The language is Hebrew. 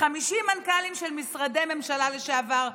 50 מנכ"לים של משרדי ממשלה לשעבר,